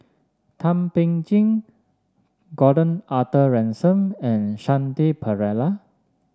Thum Ping Tjin Gordon Arthur Ransome and Shanti Pereira